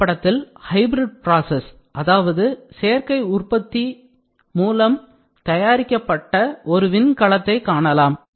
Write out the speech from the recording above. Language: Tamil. இந்தப்படத்தில் hybrid process அதாவது சேர்ப்பு முறை கொண்டு தயாரிக்கப்பட்ட ஒரு விண்கலத்தை காணலாம்